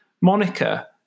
Monica